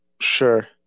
Sure